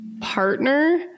partner